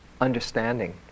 understanding